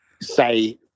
say